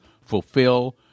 fulfill